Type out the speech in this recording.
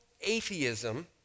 atheism